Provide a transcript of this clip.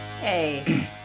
Hey